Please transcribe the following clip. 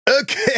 Okay